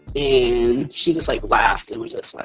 and she just, like, laughed and was just like,